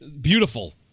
Beautiful